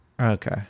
Okay